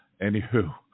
Anywho